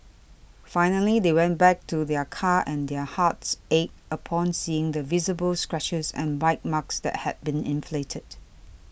finally they went back to their car and their hearts ached upon seeing the visible scratches and bite marks that had been inflicted